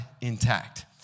intact